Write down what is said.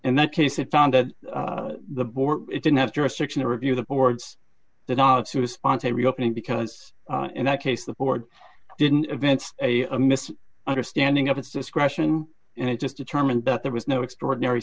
in that case it sounded the board it didn't have jurisdiction to review the boards that ought to sponsor reopening because in that case the board didn't event a mis understanding of its discretion and it just determined that there was no extraordinary